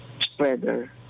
spreader